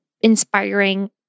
inspiring